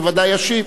בוודאי ישיב,